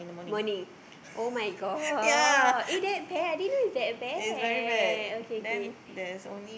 morning [oh]-my-god and there there I didn't know is that bad okay okay